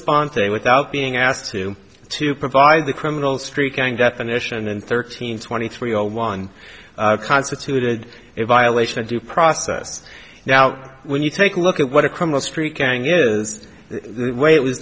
sponte without being asked to to provide the criminal street gang definition and thirteen twenty three zero one constituted a violation of due process now when you take a look at what a criminal street gang is the way it was